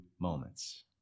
moments